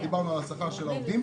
דיברנו על שכר העובדים.